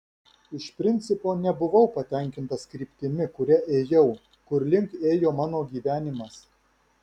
iš principo nebuvau patenkintas kryptimi kuria ėjau kur link ėjo mano gyvenimas